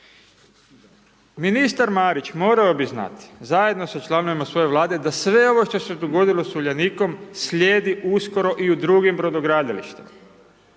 Ministar Marić morao bi znati zajedno sa članovima svoje Vlade, da sve ovo što se dogodilo sa Uljanikom, slijedi uskoro i u drugim brodogradilištima.